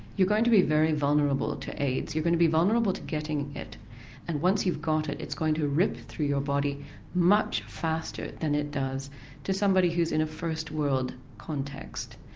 you're going to be very vulnerable to aids, you're going to be vulnerable to getting it and once you've got it it's going to rip through your body much faster than it does to somebody who's in a first world context.